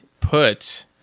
put